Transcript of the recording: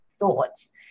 Thoughts